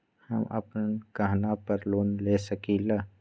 हम अपन गहना पर लोन ले सकील?